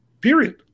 period